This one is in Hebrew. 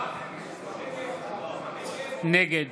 נגד